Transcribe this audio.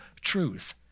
truth